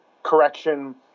Correction